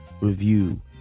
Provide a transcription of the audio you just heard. review